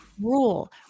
rule